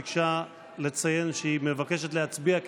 ביקשה לציין שהיא מבקשת להצביע,